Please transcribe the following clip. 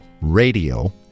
radio